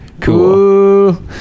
cool